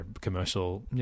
commercial